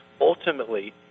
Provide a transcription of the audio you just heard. ultimately